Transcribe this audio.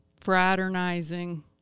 fraternizing